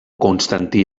constantí